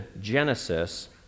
Genesis